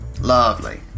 Lovely